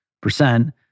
percent